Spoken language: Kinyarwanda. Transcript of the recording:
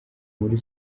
muri